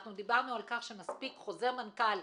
אנחנו בחנו לעומק את הבעיה וכמו שאמר המנכ"ל,